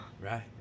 Right